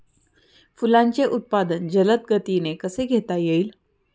फुलांचे उत्पादन जलद गतीने कसे घेता येईल?